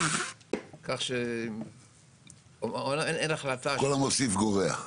כל המוסיף גורע.